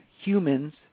humans